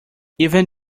even